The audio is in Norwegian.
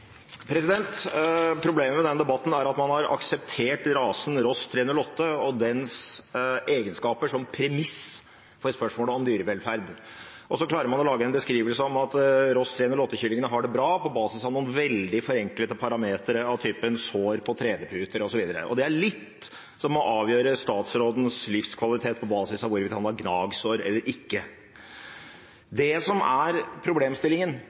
at man har akseptert rasen Ross 308 og dens egenskaper som premiss for spørsmålet om dyrevelferd. Så klarer man å lage den beskrivelse at Ross 308-kyllingene har det bra, på basis av noen veldig forenklede parametere av typen «sår på tredeputer» osv. Det er litt som å avgjøre statsrådens livskvalitet på basis av hvorvidt han har gnagsår eller ikke. Det som er problemstillingen,